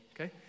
okay